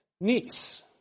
niece